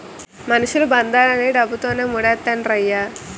మనుషులు బంధాలన్నీ డబ్బుతోనే మూడేత్తండ్రయ్య